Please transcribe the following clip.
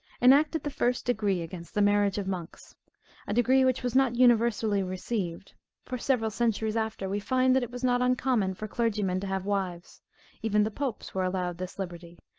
enacted the first decree against the marriage of monks a decree which was not universally received for several centuries after, we find that it was not uncommon for clergymen to have wives even the popes were allowed this liberty,